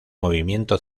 movimiento